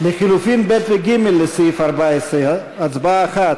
לחלופין ב' וג', הצבעה אחת,